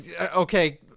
Okay